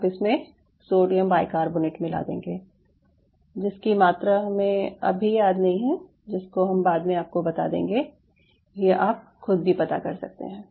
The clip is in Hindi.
आप इसमें सोडियम बाईकार्बोनेट मिला देंगे जिसकी मात्रा हमे अभी याद नहीं है जिसको हम बाद में आपको बता देंगे या आप खुद भी पता कर सकते हैं